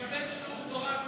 הוא מקבל שיעור תורה,